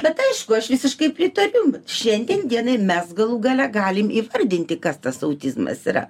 bet aišku aš visiškai pritariu šiandien dienai mes galų gale galim įvardinti kas tas autizmas yra